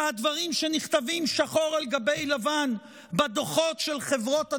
מהדברים שנכתבים שחור על גבי לבן בדוחות של חברות הדירוג?